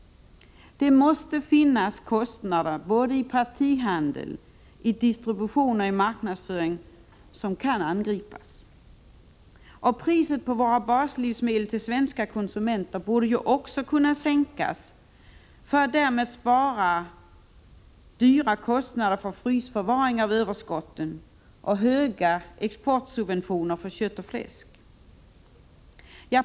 Det måste finnas kostnader både i partihandel, i distribution och i marknadsföring som kan angripas. Priset på våra baslivsmedel till svenska konsumenter borde också kunna sänkas för att därmed undvika kostnader för frysförvaring av överskotten och höga exportsubventioner för kött och fläsk.